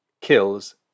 kills